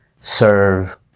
serve